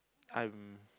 I'm